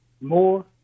more